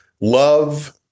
Love